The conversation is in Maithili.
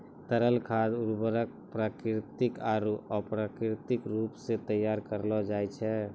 तरल खाद उर्वरक प्राकृतिक आरु अप्राकृतिक रूपो सें तैयार करलो जाय छै